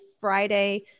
Friday